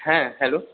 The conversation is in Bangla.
হ্যাঁ হ্যালো